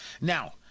Now